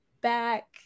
back